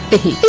the heat